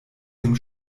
dem